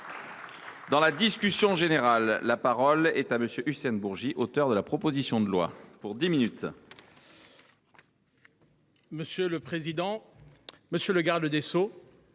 Dans la discussion générale, la parole est à M. Hussein Bourgi, auteur de la proposition de loi. Monsieur le président, monsieur le garde des sceaux,